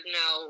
no